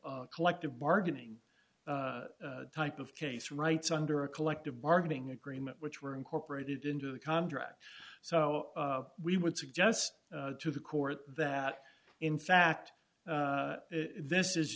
a collective bargaining type of case rights under a collective bargaining agreement which were incorporated into the contract so we would suggest to the court that in fact this is